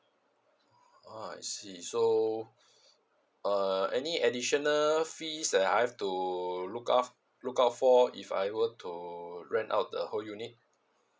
uh I see so uh any additional fees that I've to look out look out for if I were to rent out the whole unit